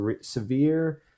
severe